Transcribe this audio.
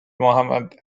mohammed